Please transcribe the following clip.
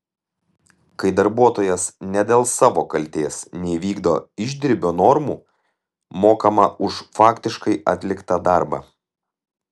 kai darbuotojas ne dėl savo kaltės neįvykdo išdirbio normų mokama už faktiškai atliktą darbą